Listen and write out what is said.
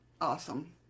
Awesome